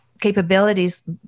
capabilities